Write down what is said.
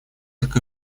так